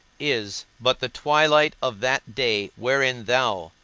is but the twilight of that day wherein thou,